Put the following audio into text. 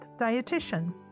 dietitian